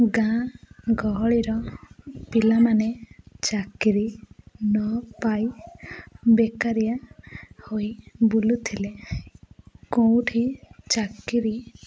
ଗାଁ ଗହଳିର ପିଲାମାନେ ଚାକିରୀ ନ ପାଇ ବେକାରିଆ ହୋଇ ବୁଲୁଥିଲେ କୋଉଁଠି ଚାକିରୀ